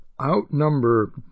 outnumber